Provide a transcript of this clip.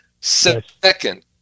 Second